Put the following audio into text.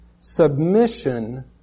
submission